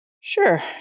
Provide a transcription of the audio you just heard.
Sure